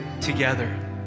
together